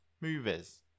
movies